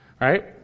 Right